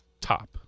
top